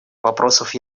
вопросов